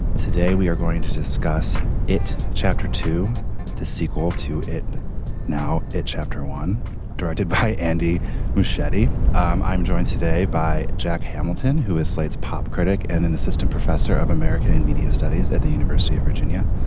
today we are going to discuss it chapter two the sequel to it now. chapter one directed by andy machete. i'm i'm joined today by jack hamilton who is slate's pop critic and an assistant professor of american and media studies at the university of virginia.